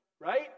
right